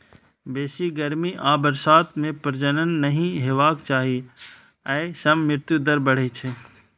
बेसी गर्मी आ बरसात मे प्रजनन नहि हेबाक चाही, अय सं मृत्यु दर बढ़ै छै